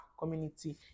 Community